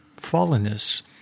fallenness